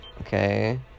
Okay